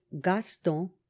Gaston